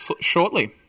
shortly